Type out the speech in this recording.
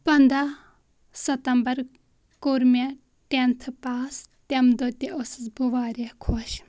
پَنداہ ستمبر کوٚرمےٚ ٹٮ۪نتھٕ پاس تَمہِ دۄہ تہِ ٲسٕس بہٕ واریاہ خۄش